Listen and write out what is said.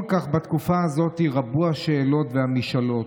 בתקופה הזו רבו כל כך השאלות והמשאלות.